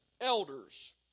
elders